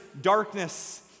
darkness